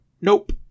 nope